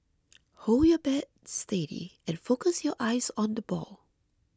hold your bat steady and focus your eyes on the ball